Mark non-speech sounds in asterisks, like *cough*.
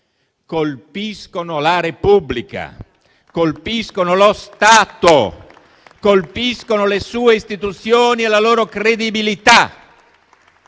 colpiscono la Repubblica, colpiscono lo Stato, *applause* colpiscono le sue istituzioni e la loro credibilità.